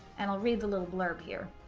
and i'll read the little blurb here.